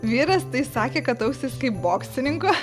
vyras tai sakė kad ausys kaip boksininko